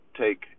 take